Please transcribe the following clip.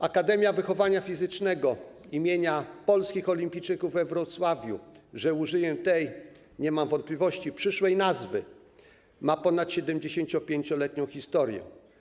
Akademia Wychowania Fizycznego im. Polskich Olimpijczyków we Wrocławiu - użyję tej, nie mam wątpliwości, przyszłej nazwy - ma ponad 75-letnią historię.